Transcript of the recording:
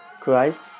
christ